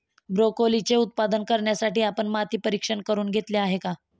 ब्रोकोलीचे उत्पादन करण्यासाठी आपण माती परीक्षण करुन घेतले आहे का?